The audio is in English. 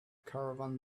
caravan